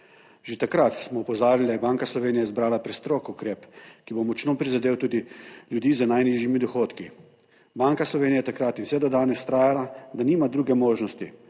Že takrat smo opozarjali, da je Banka Slovenije izbrala prestrog ukrep, ki bo močno prizadel tudi ljudi z najnižjimi dohodki. Banka Slovenije je takrat in vse do danes vztrajala, da nima druge možnosti,